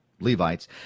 Levites